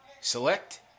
Select